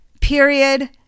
period